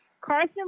Carson